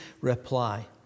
reply